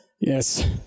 Yes